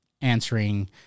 answering